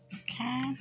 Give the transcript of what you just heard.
Okay